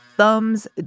Thumbs